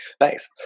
Thanks